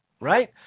right